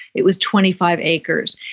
it was twenty five acres.